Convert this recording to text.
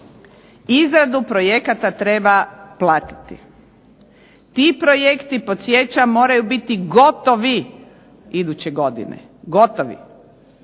Izradu projekata treba platiti. Ti projekti, podsjećam, moraju biti gotovi iduće godine. Za